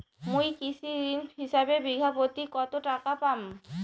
মুই কৃষি ঋণ হিসাবে বিঘা প্রতি কতো টাকা পাম?